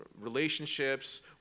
relationships